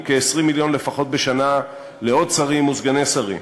וכ-20 מיליון לפחות בשנה לעוד שרים וסגני שרים,